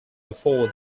before